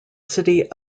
city